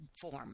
form